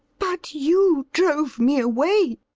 but you drove me away.